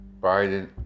Biden